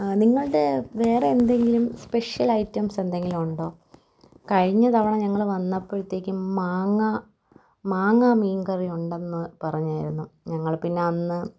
നിങ്ങളുടെ വേറെന്തെങ്കിലും special items എന്തെങ്കിലും ഉണ്ടോ കഴിഞ്ഞ തവണ ഞങ്ങൾ വന്നപ്പോഴത്തേക്കും മാങ്ങാ മാങ്ങാ മീൻ കറി ഉണ്ടെന്നു പറഞ്ഞായിരുന്നു ഞങ്ങൾ പിന്നെ അന്ന്